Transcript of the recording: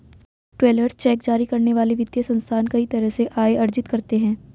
travellers cheque जारी करने वाले वित्तीय संस्थान कई तरह से आय अर्जित करते हैं